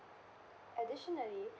additionally